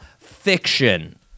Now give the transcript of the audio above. Fiction